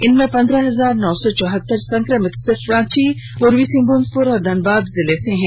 इनमें पन्द्रह हजार नौ सौ चौहत्तर संक्रमित सिर्फ रांची पूर्वी सिंहभूम और धनबाद जिले से मिले हैं